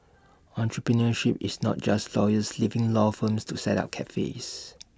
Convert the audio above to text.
entrepreneurship is not just lawyers leaving law firms to set up cafes